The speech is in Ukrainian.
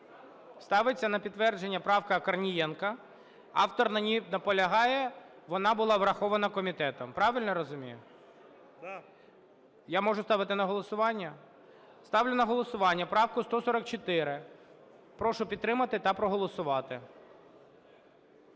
Ставиться на підтвердження правка Корнієнка, автор на ній наполягає, вона була врахована комітетом. Правильно я розумію? Я можу ставити на голосування? Ставлю на голосування правку 144. Прошу підтримати та проголосувати.